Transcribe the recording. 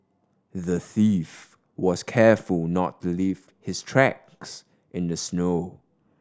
the thief was careful not to leave his tracks in the snow